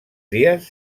dies